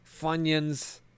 Funyuns